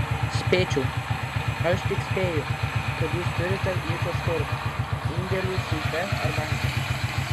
spėčiau aš tik spėju kad jūs turite jį kažkur indėlių seife ar banke